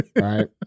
right